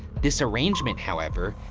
this arrangement, however,